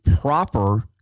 proper